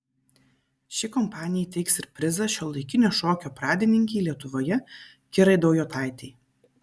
ši kompanija įteiks ir prizą šiuolaikinio šokio pradininkei lietuvoje kirai daujotaitei